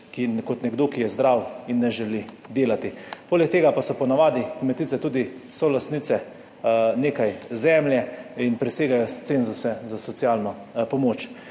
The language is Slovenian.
kot nekdo, ki je zdrav in ne želi delati? Poleg tega pa so po navadi kmetice tudi solastnice nekaj zemlje in presegajo cenzuse za socialno pomoč.